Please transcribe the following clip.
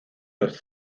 los